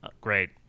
Great